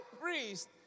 priest